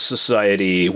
Society